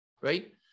right